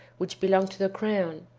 which belonged to the crown,